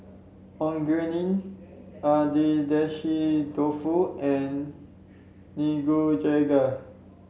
Onigiri Agedashi Dofu and Nikujaga